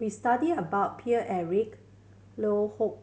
we studied about Paine Eric Loh Hoong